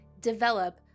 develop